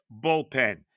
bullpen